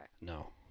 No